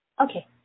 Okay